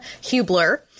Hubler